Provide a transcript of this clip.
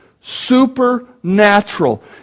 supernatural